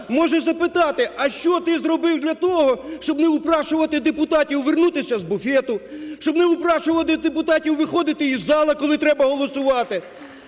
може запитати, а що ти зробив для того, щоб не упрошувати депутатів вернутися з буфету, щоб не упрошувати депутатів виходити із залу, коли треба голосувати.